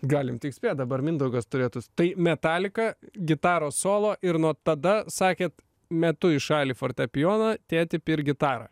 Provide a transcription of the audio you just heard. galim tik spėt dabar mindaugas turėtų tai metalika gitaros solo ir nuo tada sakėt metu į šalį fortepijoną tėti pirk gitarą